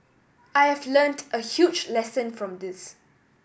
I have learnt a huge lesson from this